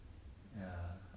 like quite tricky lah so